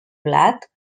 blat